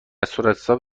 صورتحساب